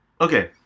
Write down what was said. Okay